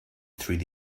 through